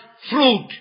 fruit